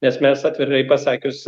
nes mes atvirai pasakius